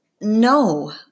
No